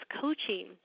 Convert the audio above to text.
coaching